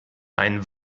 ein